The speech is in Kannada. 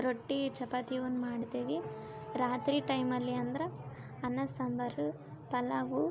ರೊಟ್ಟಿ ಚಪಾತಿ ಒಂದು ಮಾಡ್ತೀವಿ ರಾತ್ರಿ ಟೈಮಲ್ಲಿ ಅಂದ್ರ ಅನ್ನ ಸಾಂಬಾರು ಪಲಾವು